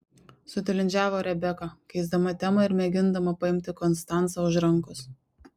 sutilindžiavo rebeka keisdama temą ir mėgindama paimti konstancą už rankos